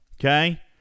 okay